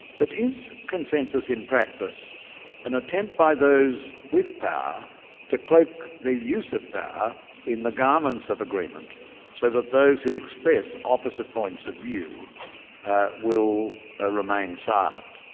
but is consensus in practice an attempt by those with power to cloak their use of in the garments of agreement so that those who express opposite points of view will ah remain silent?